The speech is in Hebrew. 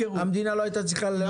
המדינה לא הייתה צריכה להוציא את הערבות.